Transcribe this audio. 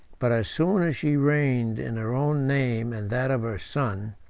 but as soon as she reigned in her own name and that of her son,